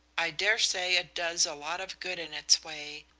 i dare say it does a lot of good in its way,